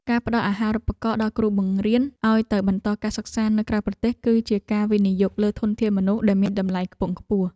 ការផ្តល់អាហារូបករណ៍ដល់គ្រូបង្រៀនឱ្យទៅបន្តការសិក្សានៅក្រៅប្រទេសគឺជាការវិនិយោគលើធនធានមនុស្សដែលមានតម្លៃខ្ពង់ខ្ពស់។